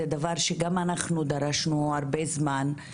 שדבר שגם אנחנו דרשנו הרבה זמן.